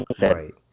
Right